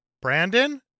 Brandon